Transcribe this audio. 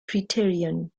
criterion